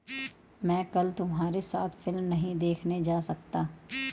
मैं कल तुम्हारे साथ फिल्म नहीं देखने जा सकता